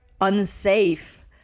unsafe